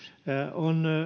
on